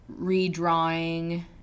redrawing